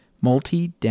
multi